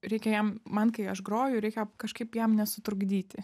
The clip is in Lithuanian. reikia jam man kai aš groju reikia kažkaip jam nesutrukdyti